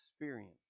experience